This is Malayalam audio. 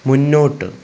മുന്നോട്ട്